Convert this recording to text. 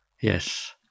Yes